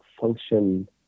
function